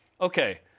okay